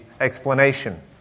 explanation